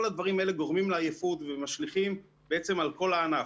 כל הדברים האלה גורמים לעייפות ומשליכים על כל הענף.